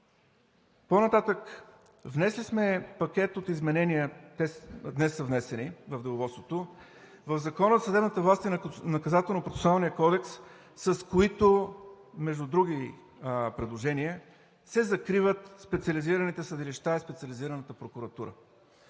По-нататък. Внесли сме пакет от изменения – днес са внесени в Деловодството, в Закона за съдебната власт и Наказателнопроцесуалния кодекс, с които между други предложения, се закриват специализираните съдилища и Специализираната прокуратура.